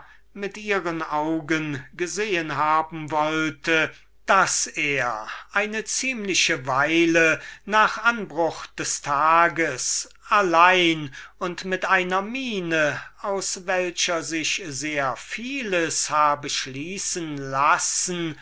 mit ihren augen gesehen haben wollte daß er eine ziemliche weile nach anbruch des tages allein und mit einer miene aus welcher sich sehr vieles habe schließen lassen